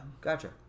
Gotcha